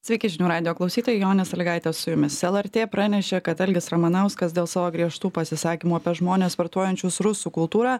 sveiki žinių radijo klausytojai jonė sąlygaitė su jumis lrt pranešė kad algis ramanauskas dėl savo griežtų pasisakymų apie žmones vartojančius rusų kultūrą